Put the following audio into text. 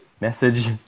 message